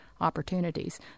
opportunities